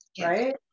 right